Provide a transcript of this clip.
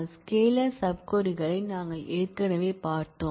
scalar subquery களை நாங்கள் ஏற்கனவே பார்த்தோம்